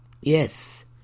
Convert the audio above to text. Yes